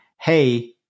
Hey